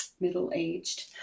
middle-aged